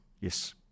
Yes